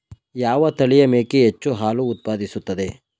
ಯಾವ ತಳಿಯ ಮೇಕೆ ಹೆಚ್ಚು ಹಾಲು ಉತ್ಪಾದಿಸುತ್ತದೆ?